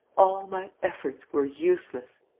all my efforts were useless!